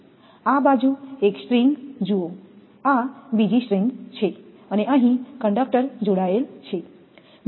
આ બાજુ એક સ્ટ્રિંગ જુઓ આ બીજી સ્ટ્રિંગ છે અને અહીં કંડક્ટર જોડાયેલ છે